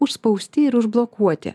užspausti ir užblokuoti